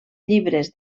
llibres